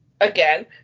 again